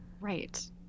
right